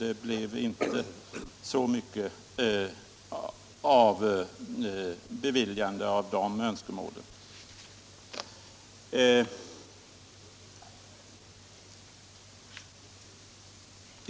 Det blev inte så mycket av beviljande av de önskemålen.